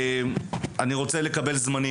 אני רוצה לקבל זמנים,